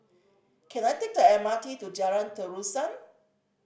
can I take the M R T to Jalan Terusan